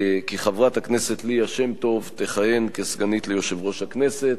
כי חברת הכנסת ליה שמטוב תכהן כסגנית ליושב-ראש הכנסת.